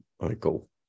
michael